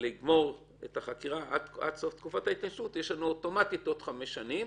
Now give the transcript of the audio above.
לגמור את החקירה עד סוף תקופת ההתיישנות יש לנו אוטומטית עוד חמש שנים,